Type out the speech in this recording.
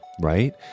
Right